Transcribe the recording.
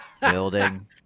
building